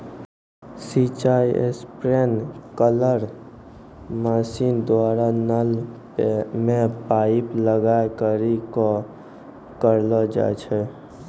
सिंचाई sprinkler machine द्वारा नल मे पाइप लगाय करि क करलो जाय छै